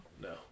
no